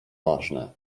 ważne